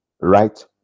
Right